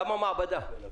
למה מעבדה?